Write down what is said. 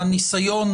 הניסיון,